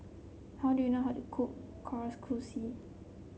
how do you know how to cook Kalguksu